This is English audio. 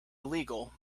illegal